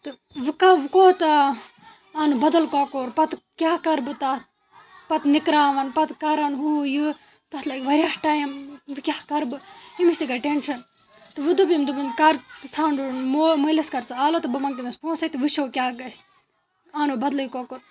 تہٕ وۄنۍ کا وۄنۍ کوتاہ اَن بدل کۄکُر پَتہٕ کیٛاہ کَرٕ بہٕ تَتھ پَتہٕ نِکراوَن پتہٕ کَرَن ہُہ یہِ تَتَھ لَگہِ واریاہ ٹایِم وۄنۍ کیٛاہ کَرٕ بہٕ ییٚمِس تہِ گٔے ٹٮ۪نشَن تہٕ وۄنۍ دوٚپ أمۍ دوٚپُن کَر ژٕ ژٕ ژھانٛڈُن مول مٲلِس کَر ژٕ آلَو تہٕ بہٕ منٛگہٕ تٔمِس پونٛسَے تہٕ وٕچھو کیٛاہ گژھِ آنو بَدلٕے کۄکُر